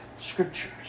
scriptures